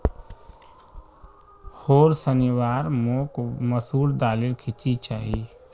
होर शनिवार मोक मसूर दालेर खिचड़ी चाहिए